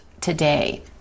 today